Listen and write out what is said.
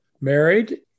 married